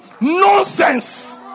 nonsense